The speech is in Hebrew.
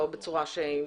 לא בצורה מחייבת.